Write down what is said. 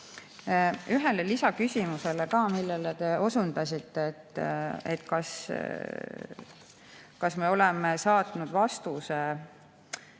ühele lisaküsimusele ka, millele te osutasite: kas me oleme saatnud vastuse